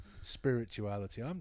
spirituality